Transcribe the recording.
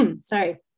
sorry